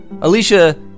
Alicia